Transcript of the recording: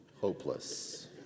hopeless